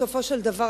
בסופו של דבר,